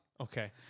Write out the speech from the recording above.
Okay